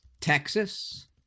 Texas